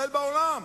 קצבאות ילדים.